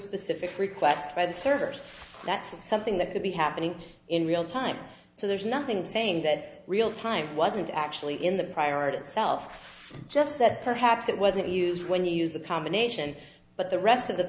specific request by the servers that's something that could be happening in real time so there's nothing saying that real time wasn't actually in the priority itself just that perhaps it wasn't used when you use the power of an asian but the rest of the